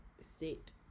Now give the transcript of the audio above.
sit